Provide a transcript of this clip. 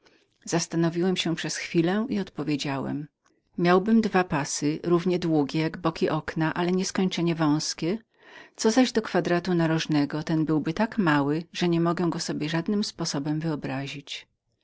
zastanowiłem się przez chwilę i odpowiedziałem miałbym dwa pasy równie długie jak boki okna ale nieskończenie szersze co zaś do kwadratu bocznego ten byłby tak małym że niemogę żadnym sposobem sobie tego wyobrazić